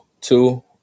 two